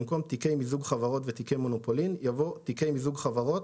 במקום "תיקי מיזוג חברות ותיקי מונופולין" יבוא "תיקי מיזוג חברות,